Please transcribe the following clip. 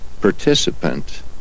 participant